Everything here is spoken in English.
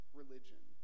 religion